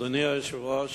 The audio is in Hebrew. אדוני היושב-ראש,